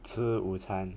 吃午餐